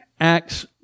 Acts